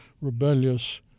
rebellious